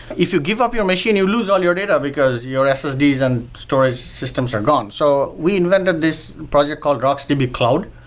if you give up your machine, you'll lose all your data, because your ssds and storage systems are gone. so we invented this project called rocksdb cloud.